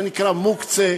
זה נקרא מוקצה,